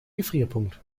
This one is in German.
gefrierpunkt